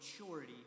maturity